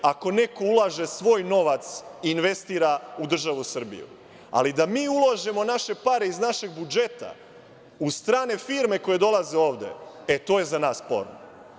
Ako neko ulaže svoj novac investira u državu Srbiju, ali da mi ulažemo naše pare iz našeg budžeta u strane firme koje dolaze ovde, e, to je za nas sporno.